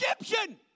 Egyptian